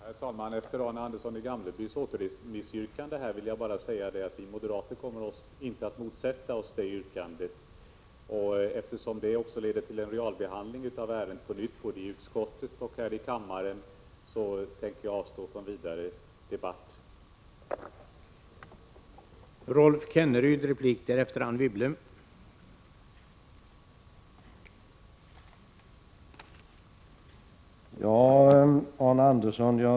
Herr talman! Efter Arne Anderssons i Gamleby återremissyrkande vill jag säga att vi moderater inte kommer att motsätta oss det yrkandet. Eftersom detta leder till en realbehandling av ärendet på nytt både i utskottet och här i kammaren, avstår jag från vidare argumentation nu.